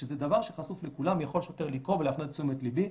כשזה דבר שחשוף לכולם יכול שוטר לקרוא ולהפנות את תשומת ליבי,